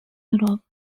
europe